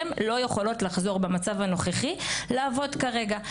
הן לא יכולות לחזור במצב הנוכחי לעבוד כרגע,